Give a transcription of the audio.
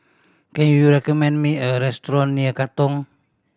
can you recommend me a restaurant near Katong